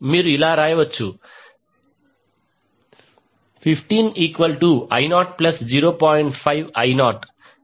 మీరు ఇలా వ్రాయవచ్చు 15I00